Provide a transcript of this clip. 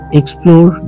explore